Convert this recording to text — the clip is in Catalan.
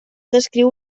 descriu